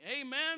amen